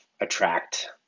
attract